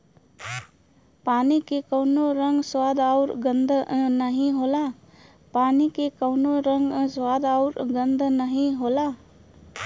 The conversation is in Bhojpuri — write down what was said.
पानी के कउनो रंग, स्वाद आउर गंध नाहीं होला